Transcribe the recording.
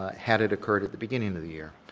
ah had it occurred at the beginning of the year.